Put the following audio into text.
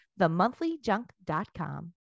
themonthlyjunk.com